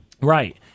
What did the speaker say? Right